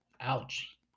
Ouch